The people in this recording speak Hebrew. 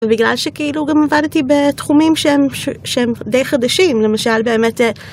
ובגלל שכאילו גם עבדתי בתחומים שהם די חדשים למשל באמת